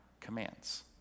commands